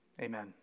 Amen